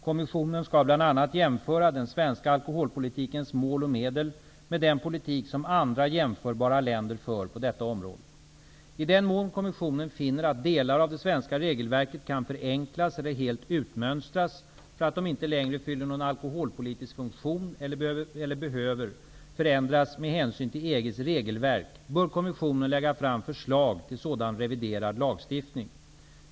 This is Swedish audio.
Kommissionen skall bl.a. jämföra den svenska alkoholpolitikens mål och medel med den politik som andra jämförbara länder för på detta område. I den mån kommissionen finner att delar av det svenska regelverket kan förenklas eller helt utmönstras för att de inte längre fyller någon alkoholpolitisk funktion eller behöver förändras med hänsyn till EG:s regelverk, bör kommissionen lägga fram förslag till sådan reviderad lagstiftning.